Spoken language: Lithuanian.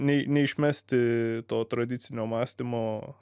neiš neišmesti to tradicinio mąstymo